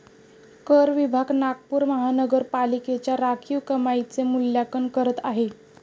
कर विभाग नागपूर महानगरपालिकेच्या राखीव कमाईचे मूल्यांकन करत आहे